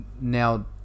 now